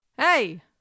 Hey